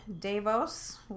Davos